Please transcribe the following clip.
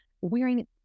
wearing